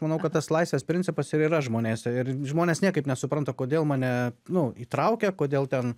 manau kad tas laisvės principas ir yra žmonėse ir žmonės niekaip nesupranta kodėl mane nu įtraukia kodėl ten